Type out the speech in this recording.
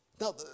Now